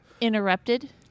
interrupted